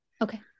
Okay